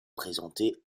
présentée